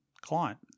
client